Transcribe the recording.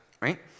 right